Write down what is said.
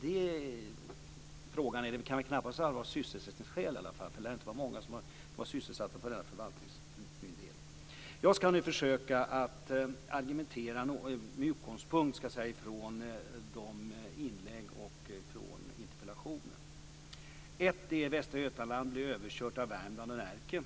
Det kan knappast vara sysselsättningsskäl, för det lär inte vara många som är sysselsatta på denna förvaltningsmyndighet. Jag ska nu försöka argumentera med utgångspunkt i de inlägg som har gjorts och interpellationerna. Först påstås det att Västra Götaland blir överkört av Värmland och Närke.